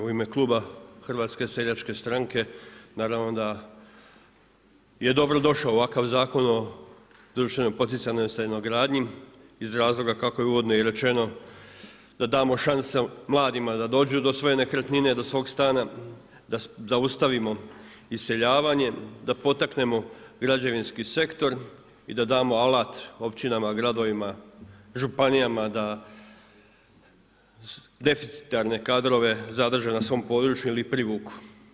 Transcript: Evo u ime kluba HSS-a naravno da je dobro došao ovakav Zakon o društveno poticajnoj stanogradnji, iz razloga kako je uvodno i rečeno da damo šansu mladima da dođu do svoje nekretnine, do svog stana, da zaustavimo iseljavanje, da potaknemo građevinski sektor i da damo alat općinama, gradovima, županijama da deficitarne kadrove zadrže na svom području ili privuku.